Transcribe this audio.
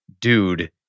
dude